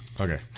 Okay